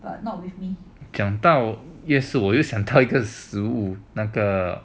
讲到夜市我又想一个食物那个